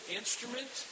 instrument